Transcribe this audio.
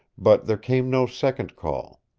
but there came no second call.